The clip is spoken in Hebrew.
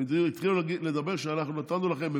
הם התחילו להגיד "אנחנו נתנו לכם אמצעים,